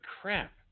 crap